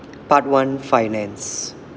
part one finance